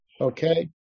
okay